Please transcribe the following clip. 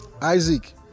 Isaac